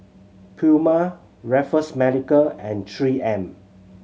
Puma Raffles Medical and Three M